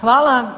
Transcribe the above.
Hvala.